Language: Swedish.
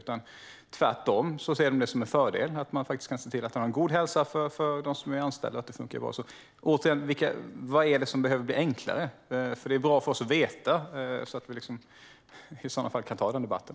Tvärtom ser de det som en fördel att de kan se till att ha en god hälsa för dem som är anställda och att det funkar bra. Återigen: Vad är det som behöver bli enklare? Det är bra för oss att veta så att vi i så fall kan ta den debatten.